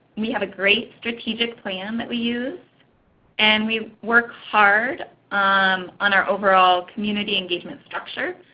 we have a great strategic plan that we use and we work hard um on our overall community engagement structure,